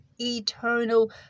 eternal